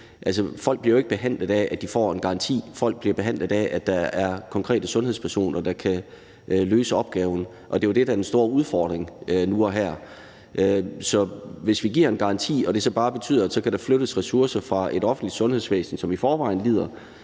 folk bliver jo ikke behandlet af, at de får en garanti. Folk bliver behandlet af, at der er konkrete sundhedspersoner, der kan løse opgaverne. Det er jo det, der er den store udfordring nu og her. Så hvis vi giver en garanti og det så bare betyder, at der kan flyttes ressourcer fra et offentligt sundhedsvæsen, som i forvejen lider,